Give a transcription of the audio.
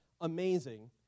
amazing